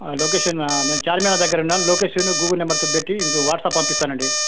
location నేను ఛార్మినార్ దగ్గర ఉన్న లొకేషన్ గూగుల్ నెంబర్కి పెట్టి వాట్సాప్ పంపిస్తానండి